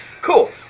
Cool